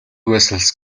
vessels